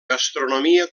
gastronomia